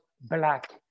black